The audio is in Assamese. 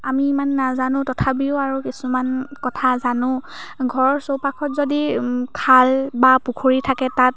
আমি ইমান নাজানো তথাপিও কিছুমান কথা জানো ঘৰৰ চৌপাশত যদি খাল বা পুখুৰী থাকে তাত